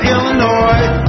Illinois